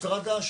לאוטוסטרדה.